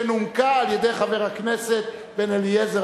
שנומקה על-ידי חבר הכנסת בן-אליעזר,